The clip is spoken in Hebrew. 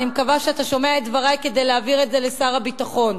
אני מקווה שאתה שומע את דברי כדי להעביר את זה לשר הביטחון.